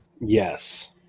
Yes